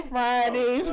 Friday